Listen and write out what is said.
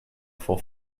for